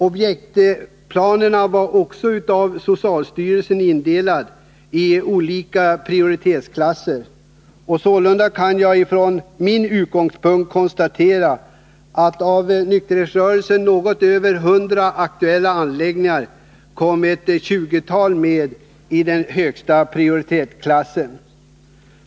Objektplanerna var också av socialstyrelsen indelade i olika prioritetsklasser, och sålunda kan jag från min utgångspunkt konstatera att av nykterhetsrörelsens något över 100 aktuella anläggningar kom ett tjugotal med i den högsta prioritetsklassen.